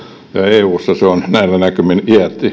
eussa se on näillä näkymin iäti